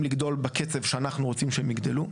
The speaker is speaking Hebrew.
לגדול בקצב שאנחנו רוצים שהם יגדלו.